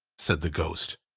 said the ghost.